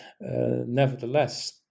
nevertheless